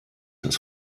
das